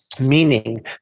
meaning